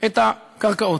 את הקרקעות.